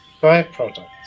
byproduct